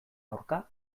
aurka